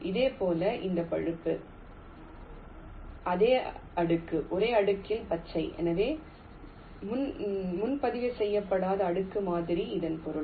இதேபோல் இந்த பழுப்பு அதே அடுக்கு ஒரே அடுக்கில் பச்சை எனவே முன்பதிவு செய்யப்படாத அடுக்கு மாதிரி இதன் பொருள்